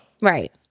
Right